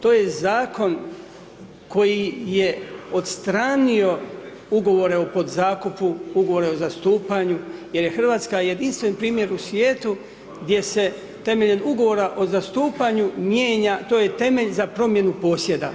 To je zakon koji je odstranio ugovore o podzakupu, ugovore o zastupanju jer je Hrvatska jedinstven primjer u svijetu gdje se temeljem ugovora o zastupanju mijenja, to je temelj za promjenu posjeda